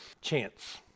chance